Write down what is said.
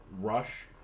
rush